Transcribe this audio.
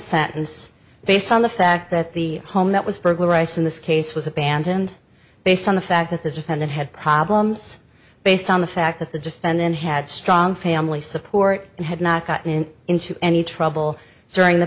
sentence based on the fact that the home that was burglarized in this case was abandoned based on the fact that the defendant had problems based on the fact that the defendant had strong family support and had not gotten into any trouble during the